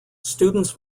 students